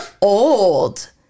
old